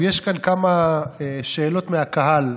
יש כאן כמה שאלות מהקהל.